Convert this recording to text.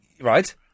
Right